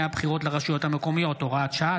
הבחירות לרשויות המקומיות (הוראת שעה),